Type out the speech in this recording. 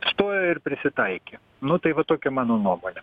stojo ir prisitaikė nu tai va tokia mano nuomonė